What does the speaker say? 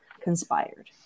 conspired